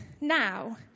now